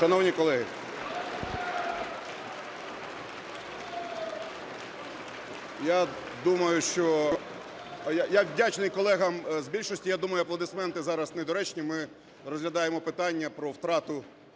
Шановні колеги! Я думаю, що... Я вдячний колегам з більшості. Я думаю, аплодисменти зараз недоречні, ми розглядаємо питання про втрату